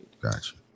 Gotcha